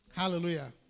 Hallelujah